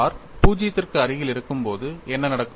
R 0 க்கு அருகில் இருக்கும்போது என்ன நடக்கும்